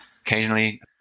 Occasionally